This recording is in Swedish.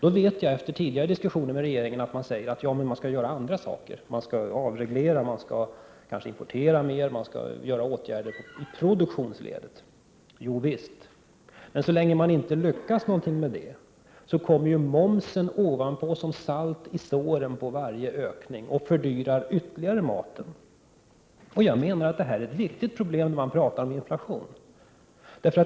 Jag vet, efter tidigare diskussioner med regeringen, att finansministern vill göra andra saker; regeringen skall avreglera, kanske importera mer, vidta åtgärder i produktionsledet. Jovisst, men så länge man inte lyckas få resultat den vägen kommer momsen som salt i såren och fördyrar maten ytterligare. Detta är ett viktigt problem när man talar om inflationen.